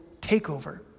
takeover